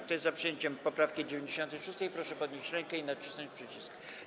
Kto jest za przyjęciem poprawki 96., proszę podnieść rękę i nacisnąć przycisk.